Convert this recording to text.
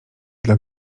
dla